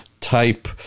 type